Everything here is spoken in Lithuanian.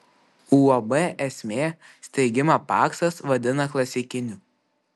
uab esmė steigimą paksas vadina klasikiniu